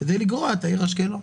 כדי לגרוע את העיר אשקלון.